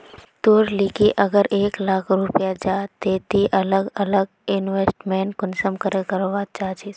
तोर लिकी अगर एक लाख रुपया जाहा ते ती अलग अलग इन्वेस्टमेंट कुंसम करे करवा चाहचिस?